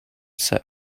set